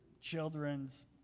children's